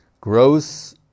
gross